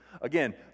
Again